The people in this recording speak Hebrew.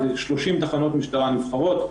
יש כ-30 תחנות משטרה נבחרות,